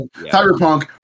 Cyberpunk